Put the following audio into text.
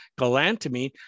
galantamine